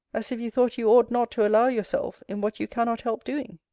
as if you thought you ought not to allow yourself in what you cannot help doing?